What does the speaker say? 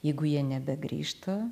jeigu jie nebegrįžta